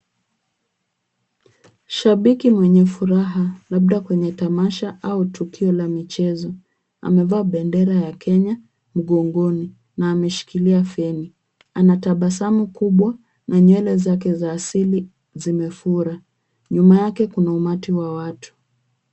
Shabiki mwenye furaha labda kwenye tamasha au tukio la michezo. Amevaa bendera ya Kenya mgongoni na ameshikilia feni. Anatabasamu kubwa na nywele zake za asili zimefura. Nyuma yake kuna umati wa watu.